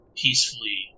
peacefully